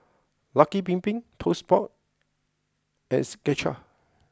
Lucky Bin Bin Toast Box and Skechers